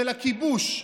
של הכיבוש.